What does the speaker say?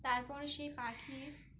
তারপর সেই পাখির